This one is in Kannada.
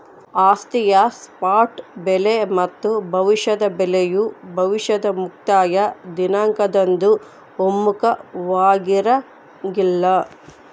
ಆಸ್ತಿಯ ಸ್ಪಾಟ್ ಬೆಲೆ ಮತ್ತು ಭವಿಷ್ಯದ ಬೆಲೆಯು ಭವಿಷ್ಯದ ಮುಕ್ತಾಯ ದಿನಾಂಕದಂದು ಒಮ್ಮುಖವಾಗಿರಂಗಿಲ್ಲ